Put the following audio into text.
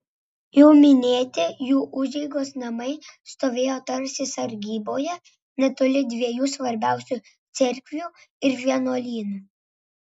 jau minėti jų užeigos namai stovėjo tarsi sargyboje netoli dviejų svarbiausių cerkvių ir vienuolynų